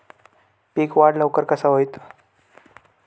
पीक वाढ लवकर कसा होईत?